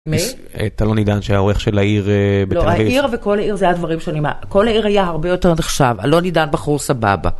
מי? את אלון עידן שהיה עורך של העיר בתל אביב. לא, העיר וכל העיר זה הדברים שאני... כל העיר היה הרבה יותר עד עכשיו, אלון עידן בחור סבבה.